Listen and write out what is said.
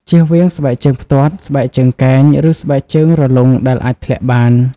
ជៀសវាងស្បែកជើងផ្ទាត់ ស្បែកជើងកែង ឬស្បែកជើងរលុងដែលអាចធ្លាក់បាន។